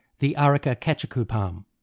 the areca catechu palm.